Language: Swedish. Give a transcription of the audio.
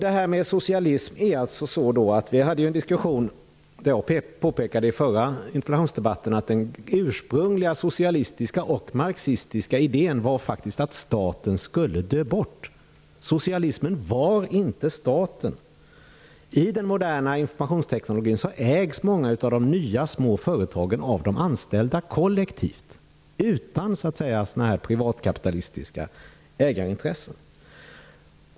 I förra interpellationsdebatten påpekade jag att den ursprungliga socialistiska och marxistiska idén faktiskt var att staten skulle dö bort. Socialismen var inte staten. I den moderna informationsteknologin ägs många av de nya små företagen av de anställda kollektivt utan privatkapitalistiska ägarintressen.